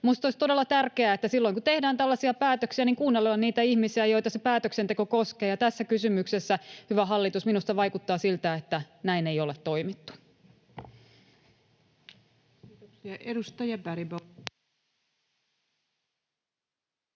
Minusta olisi todella tärkeää, että silloin kun tehdään tällaisia päätöksiä, kuunnellaan niitä ihmisiä, joita se päätöksenteko koskee, ja tässä kysymyksessä, hyvä hallitus, minusta vaikuttaa siltä, että näin ei ole toimittu.